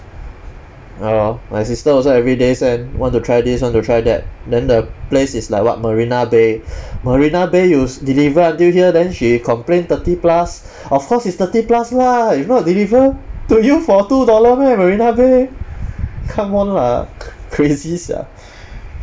ya lor my sister also everyday send want to try this want to try that then the place is like what marina bay marina bay you s~ deliver until here then she complain thirty plus of course it's thirty plus lah if not deliver to you for two dollar meh marina bay come on lah cr~ crazy sia